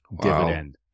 dividend